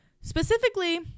Specifically